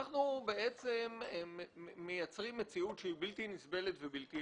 אנחנו בעצם מייצרים מציאות שהיא בלתי נסבלת ובלתי אפשרית.